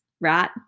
right